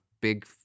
big